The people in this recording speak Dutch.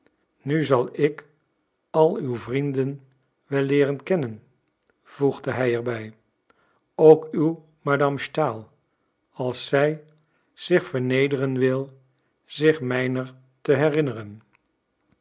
nu zal ik al uw vriennen wel leeren kennen voegde hij er bij ook uw madame stahl als zij zich vernederen wil zich mijner te herinneren